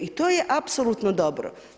I to je apsolutno dobro.